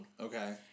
Okay